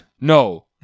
no